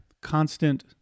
constant